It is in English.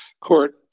court